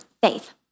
faith